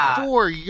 four